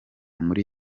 muri